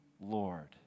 Lord